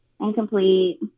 incomplete